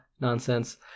nonsense